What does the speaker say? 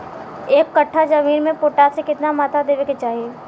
एक कट्ठा जमीन में पोटास के केतना मात्रा देवे के चाही?